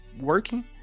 working